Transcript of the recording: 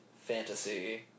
fantasy